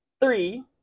three